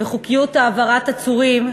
בחוקיות העברת עצורים,